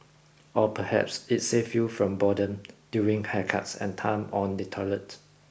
or perhaps it saved you from boredom during haircuts and time on the toilet